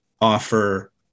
offer